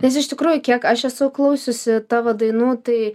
nes iš tikrųjų kiek aš esu klausiusi tavo dainų tai